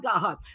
god